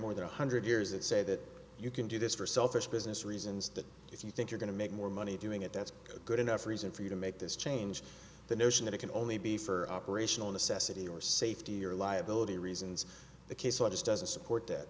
more than one hundred years that say that you can do this for selfish business reasons that if you think you're going to make more money doing it that's a good enough reason for you to make this change the notion that it can only be for operational necessity or safety or liability reasons the case law just doesn't support that